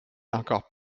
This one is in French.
encore